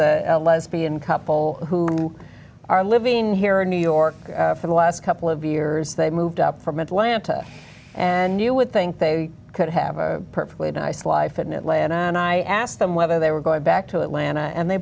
a lesbian couple who are living here in new york for the last couple of years they moved up from atlanta and you would think they could have a perfectly nice life in atlanta and i asked them whether they were going back to atlanta and they